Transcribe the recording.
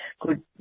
good